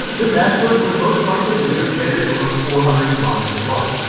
this asteroid would most likely leave a crater over four hundred kilometers wide,